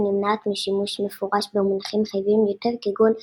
ונמנעת משימוש מפורש במונחים מחייבים יותר כגון "מדינה",